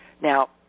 Now